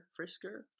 Frisker